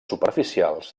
superficials